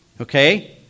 Okay